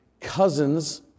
cousin's